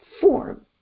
form